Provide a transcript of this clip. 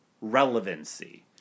relevancy